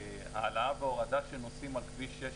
מהעלאה והורדה של נוסעים על כביש 6,